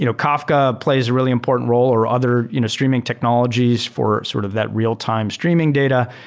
you know kafka plays a really important role or other you know streaming technologies for sort of that real-time streaming data.